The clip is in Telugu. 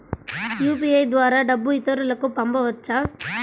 యూ.పీ.ఐ ద్వారా డబ్బు ఇతరులకు పంపవచ్చ?